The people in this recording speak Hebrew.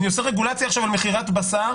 אני עושה עכשיו רגולציה על מכירת בשר,